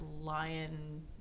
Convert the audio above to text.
lion